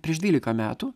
prieš dvylika metų